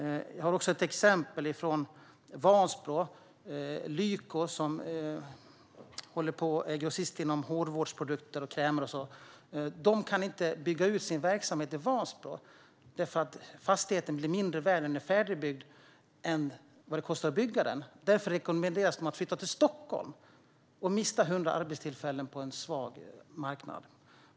Jag har ett exempel från Vansbro. Lyko, som är en grossist som sysslar med hårvårdsprodukter, krämer och liknande, kan inte bygga ut sin verksamhet i Vansbro eftersom fastigheten blir mindre värd när den är färdigbyggd än vad det kostar att bygga den. Därför rekommenderas de att flytta till Stockholm, vilket skulle leda till att man mister 100 arbetstillfällen på en svag marknad.